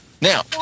Now